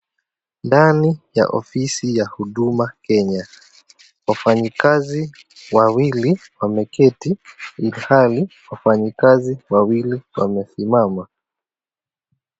Ndani ya ofisi ya Huduma Kenya, wafanyikazi wawili wameketi ilhali wafanyikazi wawili wamesimama.